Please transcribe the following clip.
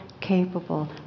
capable